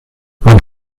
man